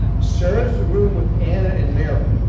shares a room with anna and mary.